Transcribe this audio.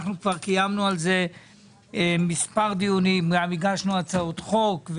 אנחנו כבר קיימנו על זה מספר דיונים וגם הגשנו הצעות חוק.